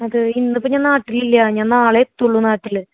അത് ഇന്നിപ്പോൾ ഞാൻ നാട്ടിലില്ല ഞാൻ നാളെ എത്തൂള്ളൂ നാട്ടിൽ